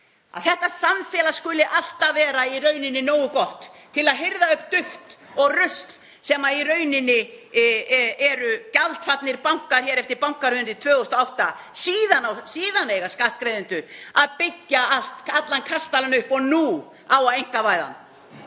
að þetta samfélag skuli alltaf vera nógu gott til að hirða upp duft og rusl sem í rauninni eru gjaldfallnir bankar eftir bankahrunið 2008? Síðan eiga skattgreiðendur að byggja allan kastalann upp og nú á að einkavæða